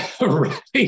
Right